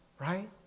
right